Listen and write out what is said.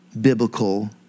biblical